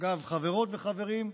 אגב, חברות וחברים,